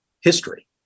history